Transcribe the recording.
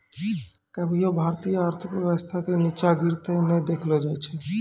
कभियो भारतीय आर्थिक व्यवस्था के नींचा गिरते नै देखलो जाय छै